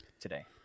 today